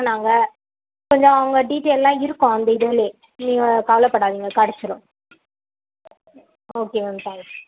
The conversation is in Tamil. கொஞ்சம் அவங்க டீடெய்ல்லாம் இருக்கும் அந்த இதிலே நீங்கள் கவலை படாதீங்க கிடச்சுரும் ஓகே மேம் தேங்க்ஸ்